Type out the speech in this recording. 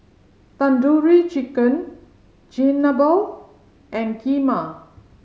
Tandoori Chicken Chigenabe and Kheema